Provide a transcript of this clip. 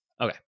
okay